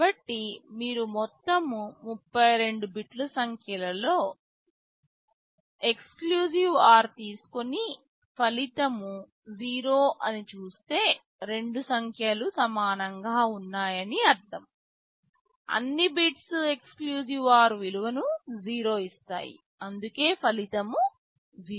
కాబట్టి మీరు మొత్తం 32 బిట్ సంఖ్యలలో XOR తీసుకొని ఫలితం 0 అని చూస్తే రెండు సంఖ్యలు సమానంగా ఉన్నాయని అర్థం అన్ని బిట్స్ XOR విలువను 0 ఇస్తాయి అందుకే ఫలితం 0